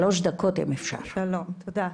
שלום, תודה.